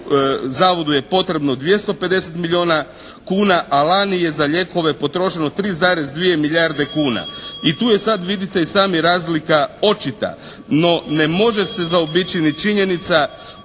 zavodu je potrebno 250 milijuna kuna, a lani je za lijekove potrošeno 3,2 milijarde kuna. I tu je sad vidite i sami razlika očita. No ne može se zaobići ni činjenica